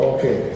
Okay